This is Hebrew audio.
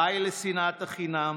די לשנאת החינם,